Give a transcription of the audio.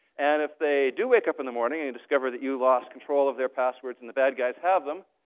and if they do wake up in the morning and discover that you lost control of their passwords, and the bad guys have them,